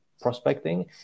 prospecting